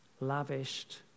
lavished